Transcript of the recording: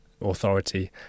authority